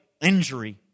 injury